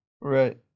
right